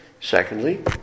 secondly